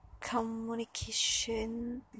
communication